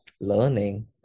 learning